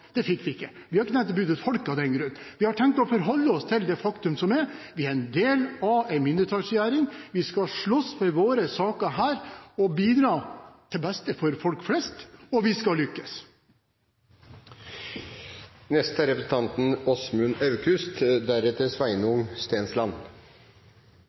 det fikk vi ikke. Vi har ikke tenkt å bytte ut folket av den grunn. Vi har tenkt å forholde oss til det faktum at vi er en del av en mindretallsregjering. Vi skal slåss for våre saker og bidra til beste for folk flest, og vi skal